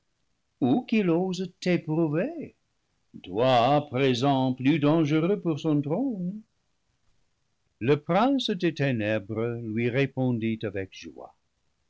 qu'il ose t'éprouver toi à présent plus dangereux pour son trône le prince des ténèbres lui répondit avec joie